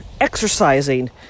exercising